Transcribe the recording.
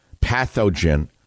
pathogen